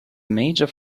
major